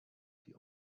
the